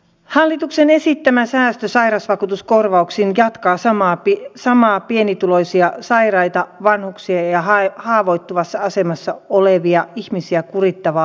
hallituksen esittämä säästö sairausvakuutuskorvauksiin jatkaa samaa pie samaa pienituloisia sairaita vanhuksia ja hae haavoittuvassa asemassa olevia ihmisiä kuljettava